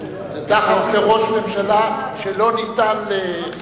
זה דחף לראש ממשלה שלא ניתן לריסון.